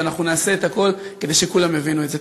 ואנחנו נעשה את הכול כדי שכולם יבינו את זה.